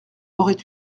aurait